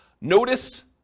Notice